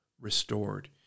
restored